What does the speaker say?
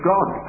God